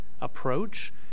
approach